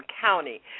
County